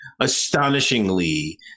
astonishingly